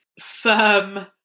firm